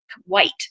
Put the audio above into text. white